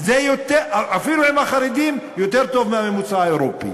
אפילו עם החרדים, יותר טוב מהממוצע האירופי.